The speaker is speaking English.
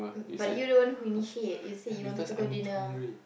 but you're the one who initiate you said you wanted to go dinner